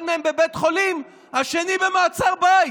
אחד בבית חולים והשני במעצר בית.